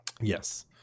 Yes